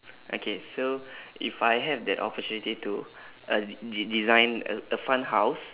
okay so if I have that opportunity to uh de~ design a a fun house